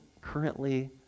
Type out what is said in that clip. currently